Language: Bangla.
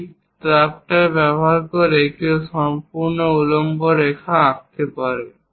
এই ড্রাফটার ব্যবহার করে কেউ সম্পূর্ণ উল্লম্ব রেখা আঁকতে পারে